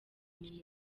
umuntu